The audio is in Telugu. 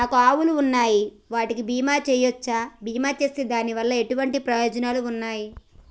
నాకు ఆవులు ఉన్నాయి వాటికి బీమా చెయ్యవచ్చా? బీమా చేస్తే దాని వల్ల ఎటువంటి ప్రయోజనాలు ఉన్నాయి?